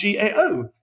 GAO